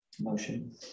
motion